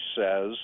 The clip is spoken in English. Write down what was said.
says